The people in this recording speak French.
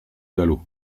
galop